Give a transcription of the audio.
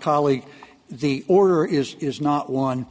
colleague the order is is not one